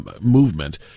movement